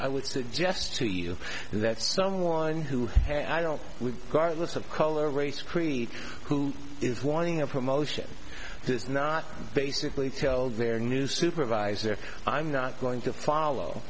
i would suggest to you that someone who i don't we've got lots of color race creed who is wanting a promotion does not basically tell their new supervisor i'm not going to follow